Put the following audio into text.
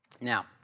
Now